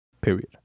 Period